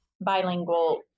bilingual